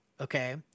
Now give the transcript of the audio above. Okay